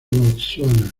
botsuana